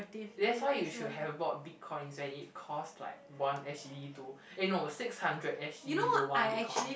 that's why you should have bought Bitcoins when it costs like one S_G_D to eh no six hundred S_G_D to one bitcoin